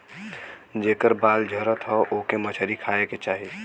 जेकर बाल झरत हौ ओके मछरी खाए के चाही